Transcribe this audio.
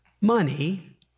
Money